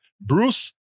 Bruce